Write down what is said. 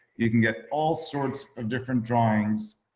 you can get all sorts of different drawings.